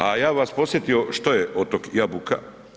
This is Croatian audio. A ja bih vas podsjetio što je otok Jabuka.